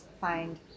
find